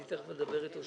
אני תכף אדבר איתו שוב.